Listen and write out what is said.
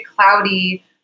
cloudy